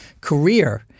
career